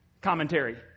commentary